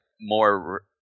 more